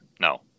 no